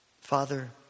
Father